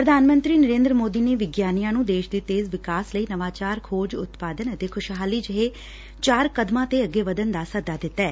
ਪ੍ਰਧਾਨ ਮੰਤਰੀ ਨਰੇਂਦਰ ਮੋਦੀ ਨੇ ਵਿਗਿਆਨੀਆਂ ਨੂੰ ਦੇਸ਼ ਦੇ ਤੇਜ਼ ਵਿਕਾਸ ਲਈ ਨਵਾਚਾਰ ਖੋਜ ਉਤਪਾਦਨ ਅਤੇ ਖੁਸ਼ਹਾਲੀ ਜਿਹੇ ਚਾਰ ਕਦਮ ਉਠਾਉਣ ਦਾ ਸੱਦਾ ਦਿੱਤੈ